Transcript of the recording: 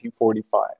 1945